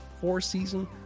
four-season